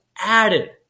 added